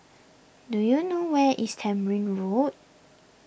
do you know where is Tamarind Road